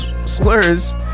slurs